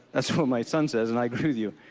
that's what my son says, and i agree with you,